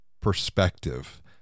perspective